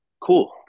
Cool